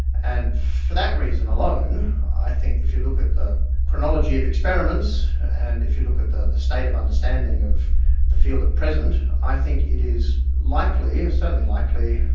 and for that reason alone i think if you look at the chronology of experiments and if you look at the the state of understanding of the field at present, i think it is likely, certainly likely,